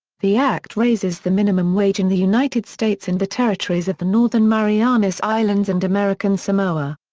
the act raises the minimum wage in the united states and the territories of the northern marianas islands and american samoa.